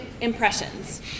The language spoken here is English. impressions